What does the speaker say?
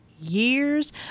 years